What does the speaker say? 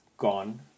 gone